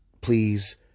please